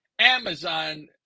Amazon